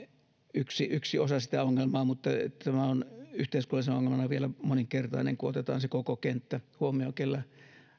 yksi yksi osa sitä ongelmaa mutta tämä on yhteiskunnallisena ongelmana vielä moninkertainen kun otetaan se koko kenttä huomioon